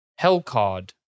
Hellcard